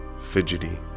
fidgety